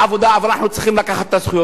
ואנחנו צריכים לקחת את הזכויות שלנו.